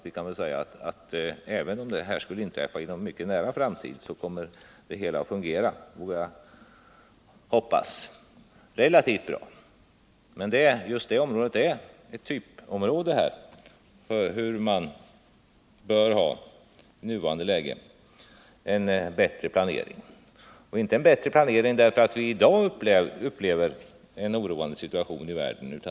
Vi kan väl säga att även om något kritiskt skulle inträffa inom en mycket nära framtid så kommer det hela att fungera relativt bra. Men just detta är ett typområde när det gäller att i nuvarande läge få en bättre planering — och inte en bättre planering bara därför att vi i dag upplever en oroande situation i världen.